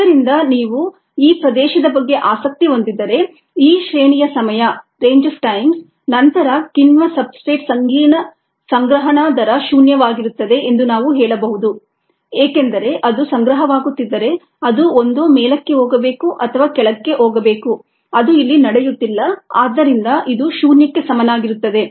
ಆದ್ದರಿಂದ ನೀವು ಈ ಪ್ರದೇಶದ ಬಗ್ಗೆ ಆಸಕ್ತಿ ಹೊಂದಿದ್ದರೆ ಈ ಶ್ರೇಣಿಯ ಸಮಯ ನಂತರ ಕಿಣ್ವ ಸಬ್ಸ್ಟ್ರೇಟ್ ಸಂಕೀರ್ಣ ಸಂಗ್ರಹಣಾ ದರ ಶೂನ್ಯವಾಗಿರುತ್ತದೆ ಎಂದು ನಾವು ಹೇಳಬಹುದುಏಕೆಂದರೆ ಅದು ಸಂಗ್ರಹವಾಗುತ್ತಿದ್ದರೆ ಅದು ಒಂದೋ ಮೇಲಕ್ಕೆ ಹೋಗಬೇಕು ಅಥವಾ ಕೆಳಗೆ ಹೋಗಬೇಕು ಅದು ಇಲ್ಲಿ ನಡೆಯುತ್ತಿಲ್ಲ ಆದ್ದರಿಂದ ಇದು ಶೂನ್ಯಕ್ಕೆ ಸಮನಾಗಿರುತ್ತದೆ